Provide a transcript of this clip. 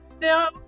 No